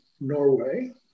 Norway